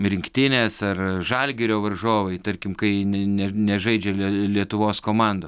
rinktinės ar žalgirio varžovai tarkim kai ne nežaidžia lietuvos komanda